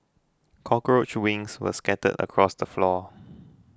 cockroach wings were scattered across the floor